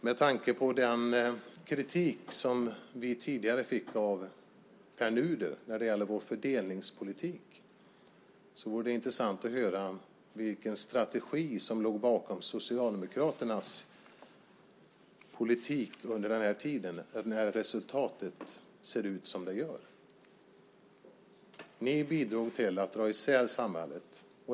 Med tanke på den kritik som vi tidigare fick av Pär Nuder när det gäller vår fördelningspolitik vore det intressant att höra vilken strategi som låg bakom Socialdemokraternas politik under den här tiden, när resultatet ser ut som det gör. Ni bidrog till att dra isär samhället.